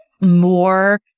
more